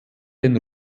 den